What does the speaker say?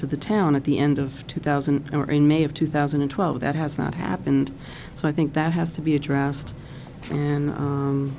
to the town at the end of two thousand or in may of two thousand and twelve that has not happened so i think that has to be addressed and